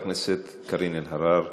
חברת הכנסת קארין אלהרר,